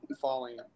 falling